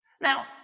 Now